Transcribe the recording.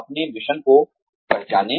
अपने मिशन को पहचाने